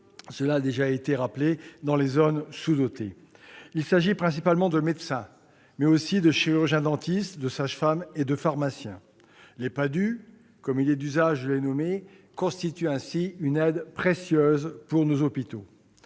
cela a été rappelé. Il s'agit principalement de médecins, mais aussi de chirurgiens-dentistes, de sages-femmes et de pharmaciens. Les PADHUE, comme il est d'usage de les nommer, constituent ainsi une aide précieuse pour nos hôpitaux.